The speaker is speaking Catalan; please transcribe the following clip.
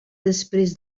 després